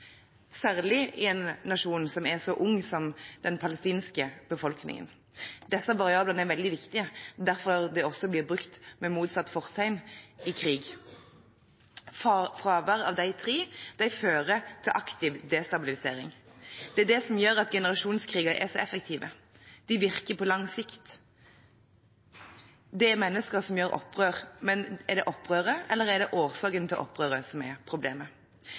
særlig en nasjon som er så ung som den palestinske befolkningen. Disse variablene er veldig viktige. Det er derfor de også blir brukt, med motsatt fortegn, i krig. Fravær av de tre fører til aktiv destabilisering. Det er det som gjør at generasjonskriger er så effektive, de virker på lang sikt. Det er mennesker som gjør opprør, men er det opprøret, eller er det årsaken til opprøret, som er problemet?